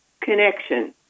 connection